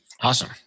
awesome